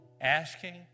asking